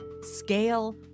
Scale